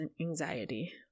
anxiety